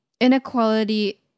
inequality